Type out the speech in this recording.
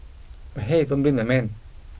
but hey don't blame the man